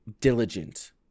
diligent